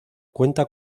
cuenta